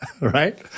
Right